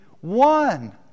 one